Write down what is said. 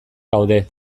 gaude